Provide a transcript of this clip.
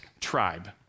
tribe